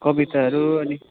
कविताहरू अनि